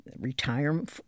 retirement